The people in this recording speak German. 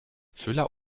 füller